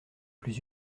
plus